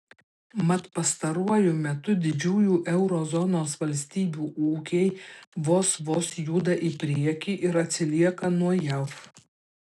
mat pastaruoju metu didžiųjų euro zonos valstybių ūkiai vos vos juda į priekį ir atsilieka nuo jav